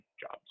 jobs